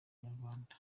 inyarwanda